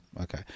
Okay